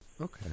Okay